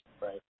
right